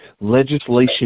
legislation